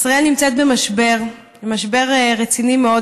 ישראל נמצאת במשבר, משבר רציני מאוד.